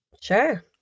Sure